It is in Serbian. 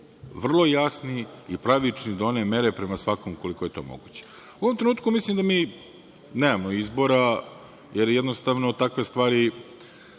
vrlo jasni i pravični do one more prema svakom koliko je to moguće.U ovom trenutku mislim da mi nemamo izbora, jer jednostavno, takve stvari